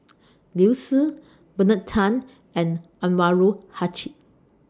Liu Si Bernard Tan and Anwarul Haque